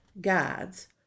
guides